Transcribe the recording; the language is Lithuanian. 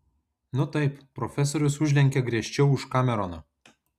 nu taip profesorius užlenkė griežčiau už kameroną